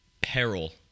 peril